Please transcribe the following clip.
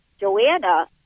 Joanna